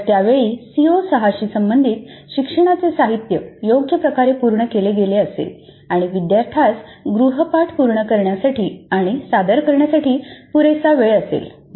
तर त्यावेळेपर्यंत सीओ 6 शी संबंधित शिक्षणाचे साहित्य योग्य प्रकारे पूर्ण केले गेले असेल आणि विद्यार्थ्यास गृहपाठ पूर्ण करण्यासाठी आणि सादर करण्यासाठी पुरेसा वेळ असेल